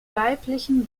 weiblichen